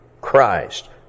Christ